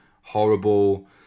horrible